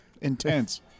intense